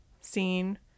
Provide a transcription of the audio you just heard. scene